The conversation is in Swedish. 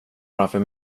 framför